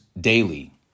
daily